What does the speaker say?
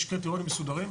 יש קריטריונים מסודרים,